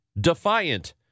defiant